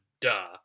Duh